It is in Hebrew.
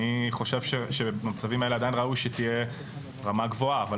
אני חושב שבמצבים האלה עדיין ראוי שתהיה רמה גבוהה אבל